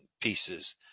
pieces